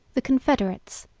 the confederates,